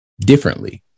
differently